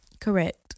Correct